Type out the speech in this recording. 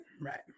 right